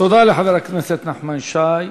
תודה לחבר הכנסת נחמן שי.